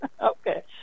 Okay